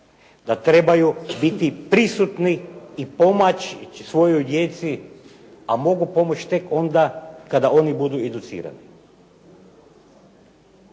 da trebaju biti prisutni i pomoći svojoj djeci, a mogu pomoći tek tada kada oni budu educirani.